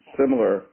similar